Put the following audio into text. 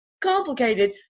complicated